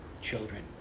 children